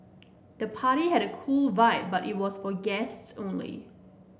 the party had a cool vibe but it was for guests only